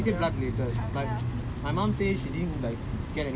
ya she like thinking and thinking she said blood related but